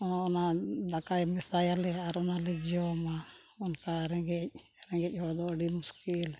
ᱚᱱᱟ ᱫᱟᱠᱟᱭ ᱢᱮᱥᱟᱭᱟᱞᱮ ᱟᱨ ᱚᱱᱟᱞᱮ ᱡᱚᱢᱟ ᱚᱱᱠᱟ ᱨᱮᱸᱜᱮᱡ ᱨᱮᱸᱜᱮᱡ ᱦᱚᱲ ᱫᱚ ᱟᱹᱰᱤ ᱢᱩᱥᱠᱤᱞ